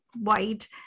white